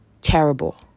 terrible